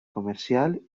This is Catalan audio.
comercial